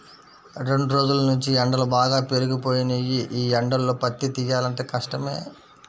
రెండ్రోజుల్నుంచీ ఎండలు బాగా పెరిగిపోయినియ్యి, యీ ఎండల్లో పత్తి తియ్యాలంటే కష్టమే